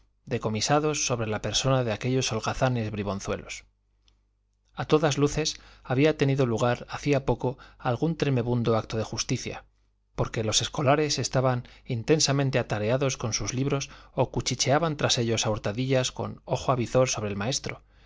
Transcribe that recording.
decomisados sobre la persona de aquellos holgazanes bribonzuelos a todas luces había tenido lugar hacía poco algún tremebundo acto de justicia porque los escolares estaban intensamente atareados con sus libros o cuchicheaban tras ellos a hurtadillas con ojo avizor sobre el maestro